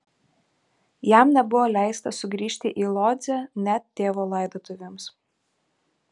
jam nebuvo leista sugrįžti į lodzę net tėvo laidotuvėms